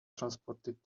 transported